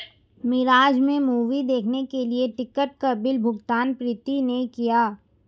मिराज में मूवी देखने के लिए टिकट का बिल भुगतान प्रीति ने किया